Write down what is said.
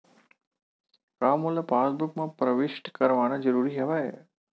का मोला पासबुक म प्रविष्ट करवाना ज़रूरी हवय?